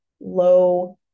low